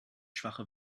schwache